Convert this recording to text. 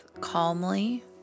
calmly